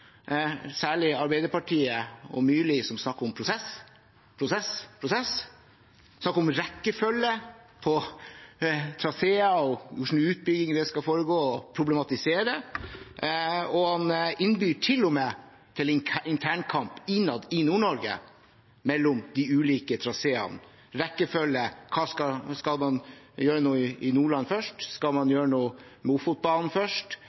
særlig Arbeiderpartiet og Myrli som snakker om prosess, prosess, prosess. Det er snakk om rekkefølge på traseer og hvordan utbyggingen skal foregå, og problematisering av det, og han innbyr til og med til internkamp i Nord-Norge om de ulike traseene, om rekkefølge; skal man gjøre noe i Nordland først, skal man gjøre noe med Ofotbanen først,